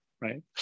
right